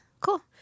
cool